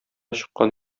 чыккан